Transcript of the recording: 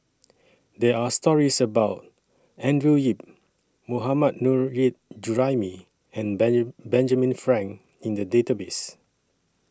There Are stories about Andrew Yip Mohammad Nurrasyid Juraimi and Ben Benjamin Frank in The Database